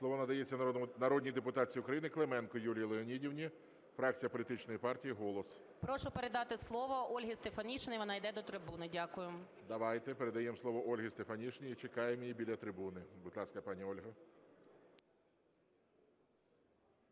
Слово надається народній депутатці України Клименко Юлії Леонідівні, фракція політичної партії "Голос". 11:34:58 КЛИМЕНКО Ю.Л. Прошу передати слово Ользі Стефанишиній, вона йде до трибуни. Дякую. ГОЛОВУЮЧИЙ. Давайте. Передаємо слово Ользі Стефанишиній і чекаємо її біля трибуни. Будь ласка, пані Ольго.